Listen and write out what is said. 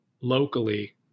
locally